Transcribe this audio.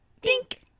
Dink